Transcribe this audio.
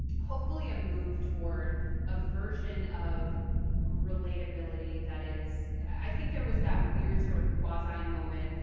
hopefully a move toward a version of relatability that is i think there was that weird sort of quasi-moment,